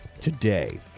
today